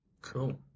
Cool